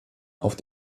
auf